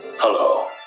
Hello